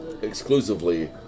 Exclusively